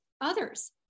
others